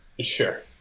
Sure